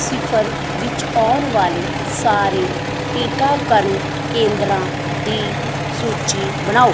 ਸਿਫਰ ਵਿੱਚ ਆਉਣ ਵਾਲੇ ਸਾਰੇ ਟੀਕਾਕਰਨ ਕੇਂਦਰਾਂ ਦੀ ਸੂਚੀ ਬਣਾਓ